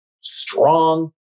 strong